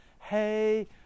hey